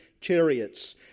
chariots